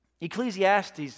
Ecclesiastes